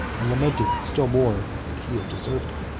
and lamented still more that he had deserved it.